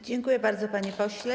Dziękuję bardzo, panie pośle.